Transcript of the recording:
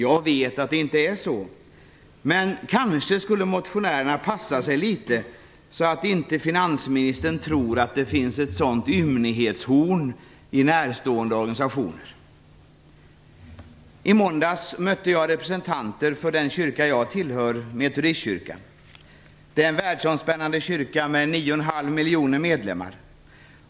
Jag vet att det inte är så, men kanske skulle motionärerna passa sig litet, så att inte finansministern tror att det finns ett sådant ymnighetshorn i närstående organisationer. I måndags mötte jag representanter för den kyrka jag tillhör, Metodistkyrkan. Det är en världsomspännande kyrka med 9,5 miljoner medlemmar.